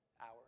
hours